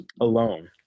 alone